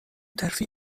ترفیع